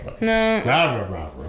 No